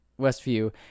westview